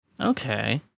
Okay